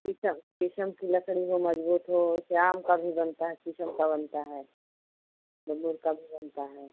शीशम शीशम की लकड़ी हो मज़बूत हो वैसे आम का भी बनता है शीशम का भी बनता है बबूल का भी बनता है